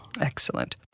Excellent